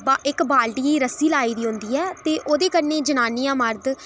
इक बाल्टी गी रस्सी लाई दी होंदी ऐ ते ओह्दे कन्नै जनानियां मर्द